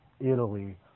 Italy